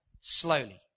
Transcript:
slowly